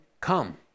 come